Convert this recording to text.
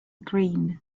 green